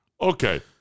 Okay